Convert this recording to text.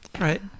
Right